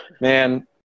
man